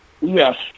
Yes